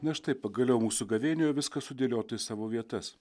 na štai pagaliau mūsų gavėnioje viską sudėliota į savo vietas